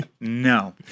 no